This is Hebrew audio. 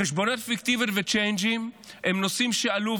חשבוניות פיקטיביות וצ'יינג'ים הם נושאים שעלו,